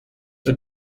the